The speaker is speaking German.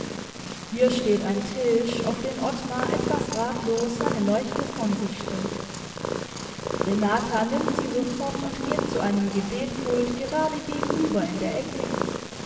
hier steht ein tisch auf den ottmar etwas ratlos seine leuchte von sich stellt renata nimmt sie sofort und geht zu einem gebetpult gerade gegenüber in der ecke